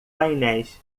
painéis